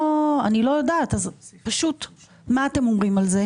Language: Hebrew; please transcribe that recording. מה אתם אומרים על זה?